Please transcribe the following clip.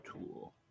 tool